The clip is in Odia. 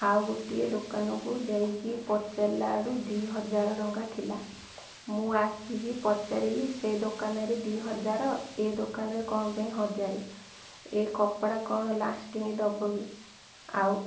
ଆଉ ଗୋଟିଏ ଦୋକାନକୁ ଯାଇକି ପଚାରିଲାରୁୁ ଦୁଇ ହଜାର ଟଙ୍କା ଥିଲା ମୁଁ ଆସିକି ପଚାରିଲି ସେ ଦୋକାନରେ ଦୁଇ ହଜାର ଏ ଦୋକାନରେ କ'ଣ ପାଇଁ ହଜାରେ ଏ କପଡ଼ା କ'ଣ ଲାଷ୍ଟିଙ୍ଗ ଦବ କିି ଆଉ